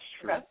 true